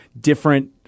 different